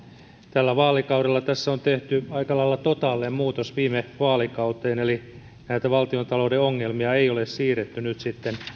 tällä vaalikaudella on tehty aika lailla totaalinen muutos viime vaalikauteen eli valtiontalouden ongelmia ei ole siirretty nyt